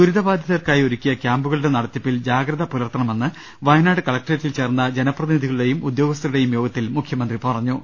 ദുരിതബാധിതർക്കായി ഒരുക്കിയ് ക്യാമ്പുകളുടെ നടത്തിപ്പിൽ ജാഗ്രത പുലർത്തണമെന്ന് വയനാട് കളക്ട്രേറ്റിൽ ചേർന്ന ജനപ്രതിനിധികളുടെയും ഉദ്യാഗസ്ഥരുടെയും യോഗത്തിൽ മുഖ്യമന്ത്രി പറഞ്ഞു